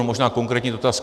Možná konkrétní dotaz.